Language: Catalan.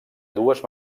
dues